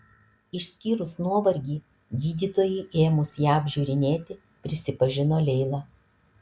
išskyrus nuovargį gydytojui ėmus ją apžiūrinėti prisipažino leila